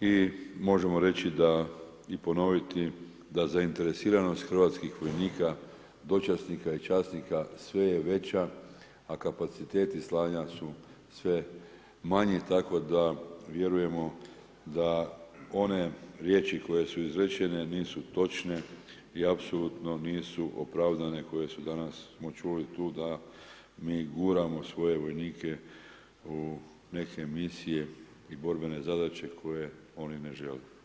i možemo reći da i ponoviti da zainteresiranost hrvatskih vojnika, dočasnika i časnika sve je veća a kapaciteti slanja su sve manji, tako da vjerujemo da one riječi koje su izrečene nisu točne i apsolutno nisu opravdane koje smo danas čuli tu da mi guramo svoje vojnike u neke misije i borbene zadaće koje oni ne žele.